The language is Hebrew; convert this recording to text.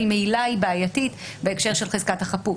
ממילא היא בעייתית בהקשר של חזקת החפות.